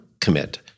commit